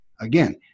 again